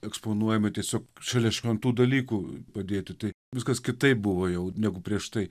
eksponuojami tiesiog šalia šventų dalykų padėti tai viskas kitaip buvo jau negu prieš tai